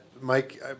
Mike